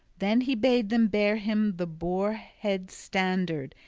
then he bade them bear him the boar-head standard,